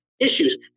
Issues